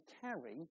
carry